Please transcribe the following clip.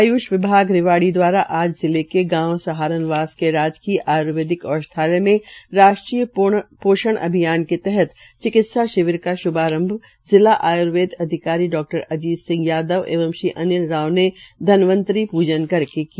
आय्ष विभाग रेवाड़ी दवारा आज जिले के गांव सहारनवास के राजकीय आय्र्वेदिक औष्दयालय में राष्ट्रीय पोषण अभियान के तहत चिकित्सा शिविर का शुभारंभ जिला आयुर्वेद अधिकारी डा अजीत सिंह यादव एवं श्री अनिल राव ने धनवंतरि पंजन करके किया